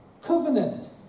covenant